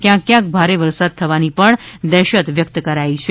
ક્યાંક ક્યાંક ભારે વરસાદ થવાની પણ દહેશત વ્યક્ત કરાઈ છે